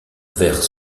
vert